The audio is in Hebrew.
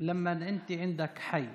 להלן תרגומם: כשיש לך שכונה